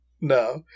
No